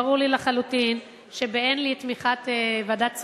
ברור לי לחלוטין שבאין לי את תמיכת ועדת השרים,